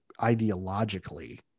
ideologically